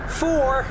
four